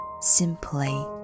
simply